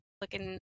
looking